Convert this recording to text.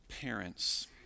parents